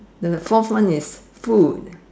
the the fourth one is food